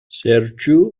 serĉu